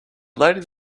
ladies